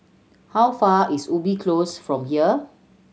how far is Ubi Close from here